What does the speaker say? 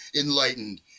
enlightened